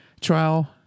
trial